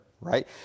Right